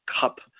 Cup